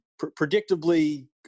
predictably